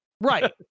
Right